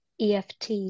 EFT